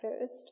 first